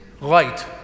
light